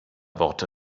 worte